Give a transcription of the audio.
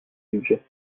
budget